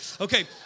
Okay